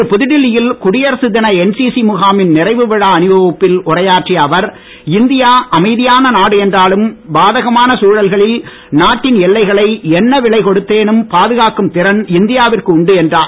இன்று புதுடில்லி யில் குடியரசு தின என்சிசி முகாமின் நிறைவு விழா அணிவகுப்பில் உரையாற்றிய அவர் இந்தியா அமைதியான நாடு என்றாலும் பாதகமான சூழல்களில் நாட்டின் எல்லைகளை என்ன விலை கொடுத்தேனும் பாதுகாக்கும் திறன் இந்தியா விற்கு உண்டு என்றார்